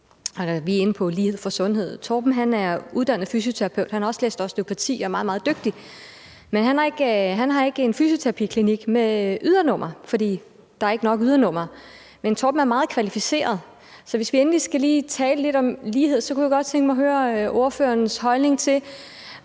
vi er inde på lighed i sundhed: Torben er uddannet fysioterapeut, han har også læst osteopati og er meget, meget dygtig. Han har ikke en fysioterapiklinik med ydernummer, fordi der ikke er nok ydernumre, men Torben er meget kvalificeret. Så hvis vi endelig lige skal tale lidt om lighed, er der noget, jeg godt kunne tænke mig at høre ordførerens og